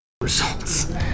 results